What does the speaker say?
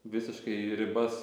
visiškai ribas